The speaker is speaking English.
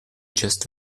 just